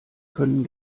können